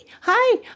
hi